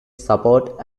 support